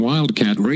Wildcat